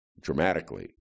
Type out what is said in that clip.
dramatically